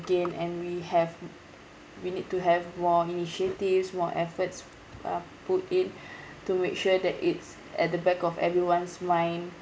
again and we have we need to have more initiatives more efforts uh put in to make sure that it's at the back of everyone's mind